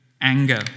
anger